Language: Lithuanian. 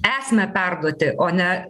esame perduoti o ne